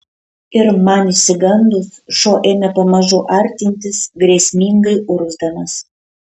ir man išsigandus šuo ėmė pamažu artintis grėsmingai urgzdamas